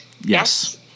Yes